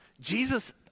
Jesus